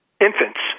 infants